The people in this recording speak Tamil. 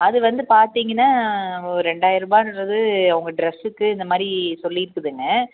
அது வந்து பார்த்திங்கன்னா ஒரு ரெண்டாயிருபான்றது அவங்க ட்ரெஸ்ஸுக்கு இந்த மாதிரி சொல்லி இருக்குதுங்க